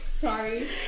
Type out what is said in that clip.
sorry